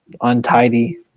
untidy